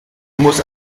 muss